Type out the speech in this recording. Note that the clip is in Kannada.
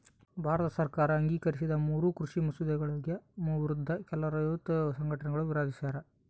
ಭಾರತ ಸರ್ಕಾರ ಅಂಗೀಕರಿಸಿದ ಮೂರೂ ಕೃಷಿ ಮಸೂದೆಗಳ ವಿರುದ್ಧ ಕೆಲವು ರೈತ ಸಂಘಟನೆ ವಿರೋಧಿಸ್ಯಾರ